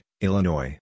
Illinois